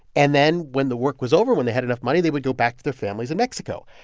and then when the work was over, when they had enough money, they would go back to their families in mexico.